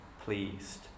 pleased